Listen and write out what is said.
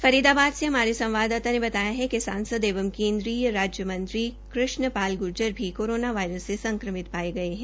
फरीदाबाद से हमारे संवाददाता ने बताया कि सांसद एवं केन्द्रीय राज्यमंत्री कृष्ण पाल ग्र्जर भी कोरोना से संक्रमित हो गये है